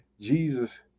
Jesus